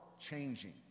changing